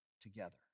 together